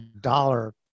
dollar